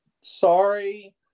sorry